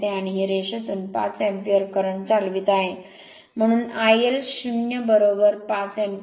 आणि हे रेषेतून 5 अँपिअर करंट चालवित आहे म्हणून आयएल 0 5 अँपिअर